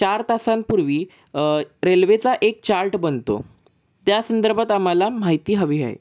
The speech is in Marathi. चार तासांपूर्वी रेल्वेचा एक चार्ट बनतो त्या संदर्भात आम्हाला माहिती हवी आहे